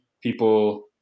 people